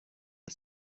the